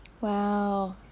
Wow